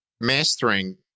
mastering